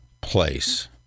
place